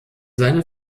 seine